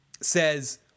says